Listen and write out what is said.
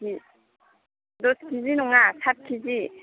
दस K G नङा सात के जि